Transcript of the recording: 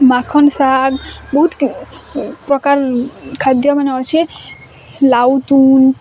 ମାଖନ୍ ଶାଗ୍ ବୋହୁତ୍ ପ୍ରକାର୍ ଖାଦ୍ୟମାନେ ଅଛି ଲାଉ ତୁଣ୍